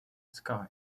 sky